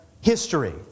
history